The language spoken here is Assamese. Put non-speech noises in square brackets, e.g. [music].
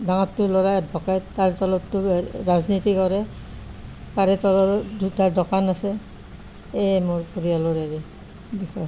ডাঙৰটো ল'ৰা এডভকেট তাৰ তলৰটো [unintelligible] ৰাজনীতি কৰে তাৰে তলৰ দুটা দকান আছে এয়েই মোৰ পৰিয়ালৰ হেৰি বিষয়ে